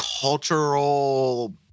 cultural